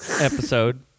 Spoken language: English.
episode